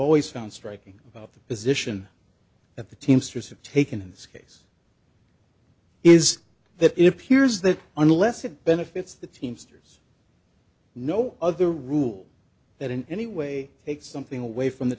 always found striking about the position of the teamsters have taken in this case is that it appears that unless it benefits the teamsters no other rule that in any way takes something away from the